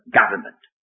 government